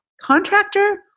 contractor